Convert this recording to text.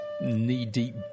knee-deep